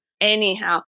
Anyhow